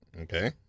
Okay